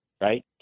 right